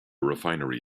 refinery